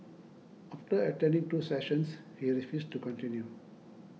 after attending two sessions he refused to continue